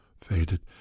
faded